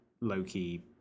low-key